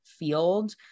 field